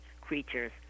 creatures